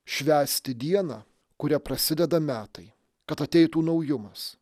švęsti dieną kuria prasideda metai kad ateitų naujumas